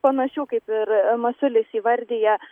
panašių kaip ir masiulis įvardija